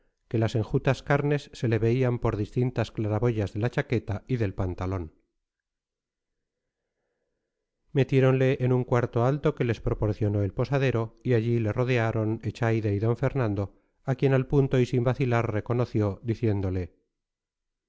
que las enjutas carnes se le veían por distintas claraboyas de la chaqueta y del pantalón metiéronle en un cuarto alto que les proporcionó el posadero y allí le rodearon echaide y d fernando a quien al punto y sin vacilar reconoció diciéndole